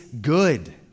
good